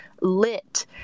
lit